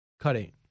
cutting